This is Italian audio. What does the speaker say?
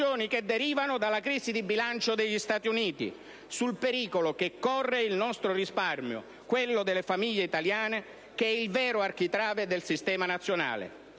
che derivano dalla crisi di bilancio degli Stati Uniti, sul pericolo che corre il nostro risparmio, quello delle famiglie italiane, che è il vero architrave del sistema nazionale.